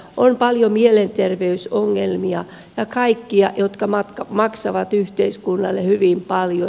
on paljon mielenterveysongelmia ja kaikkia jotka maksavat yhteiskunnalle hyvin paljon